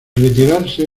retirarse